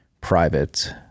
private